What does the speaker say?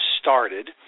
started